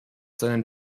seinen